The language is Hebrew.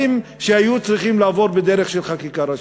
שהיו צריכים לעבור בדרך של חקיקה ראשית.